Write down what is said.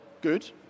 good